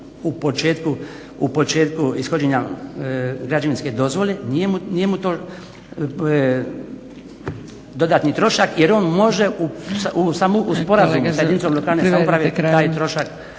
u početku ishođenja građevinske dozvole, nije mu to dodatni trošak jer on može samo u sporazumu sa jedinicom lokalne samouprave taj trošak